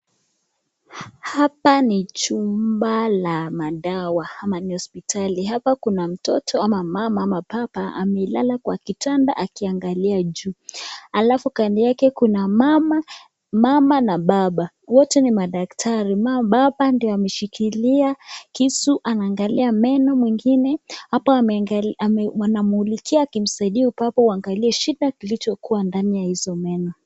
Hapa ni chumba la madawa ama ni hospitali. Hapa kuna mtoto ama mama ama baba amelala kwa kitanda akiangalia juu. Alafu kando yake kuna mama na baba, wote ni madaktari. Baba ndiye ameshikilia kisu anaangalia meno mwingine hapa anammulikia akimsaidia huyu baba kuangalia shida kilichokuwa ndani ya hizo meno.